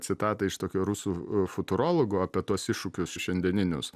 citatą iš tokio rusų futurologo apie tuos iššūkius šiandieninius